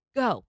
go